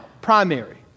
primary